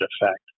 effect